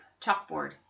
chalkboard